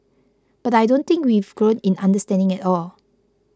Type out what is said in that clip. but I don't think we've grown in understanding at all